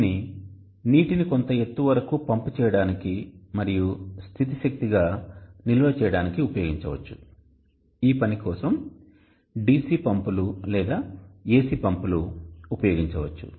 దీనిని నీటిని కొంత ఎత్తు వరకు పంప్ చేయడానికి మరియు స్థితి శక్తిగా నిల్వ చేయడానికి ఉపయోగించవచ్చు ఈ పని కోసం DC పంపులు లేదా AC పంపులు ఉపయోగించవచ్చు